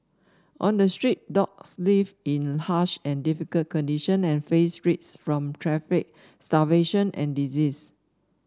on the street dogs live in harsh and difficult condition and face risk from traffic starvation and disease